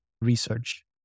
research